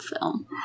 film